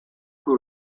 who